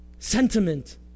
Sentiment